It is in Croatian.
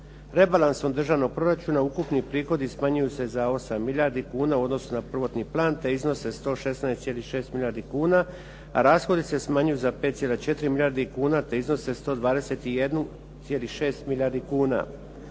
Rebalansom državnog proračuna ukupni prihodi smanjuju se za 8 milijardi kuna u odnosu na prvotni plan, te iznose 116,6 milijardi kuna, a rashodi se smanjuju za 5,4 milijardi kuna, te iznose 121,6 milijardi kuna.